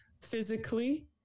physically